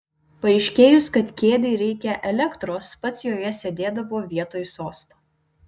paaiškėjus kad kėdei reikia elektros pats joje sėdėdavo vietoj sosto